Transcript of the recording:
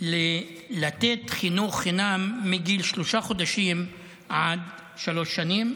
לתת חינוך חינם מגיל שלושה חודשים עד שלוש שנים.